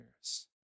years